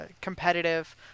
competitive